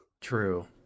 True